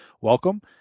welcome